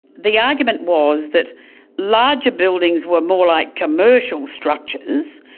the argument was that larger buildings were more like commercial structures,